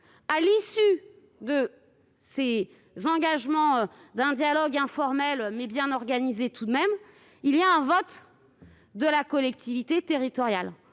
à l'issue de ce dialogue informel, mais bien organisé tout de même, il y a un vote des collectivités territoriales.